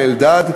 אלדד,